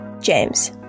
James